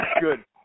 Good